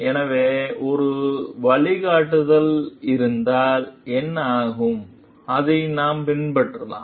எனவே ஒரு வழிகாட்டுதல் இருந்தால் என்ன ஆகும் அதை நாம் பின்பற்றலாம்